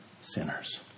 sinners